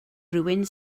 rywun